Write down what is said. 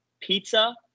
pizza